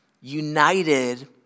united